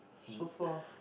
so far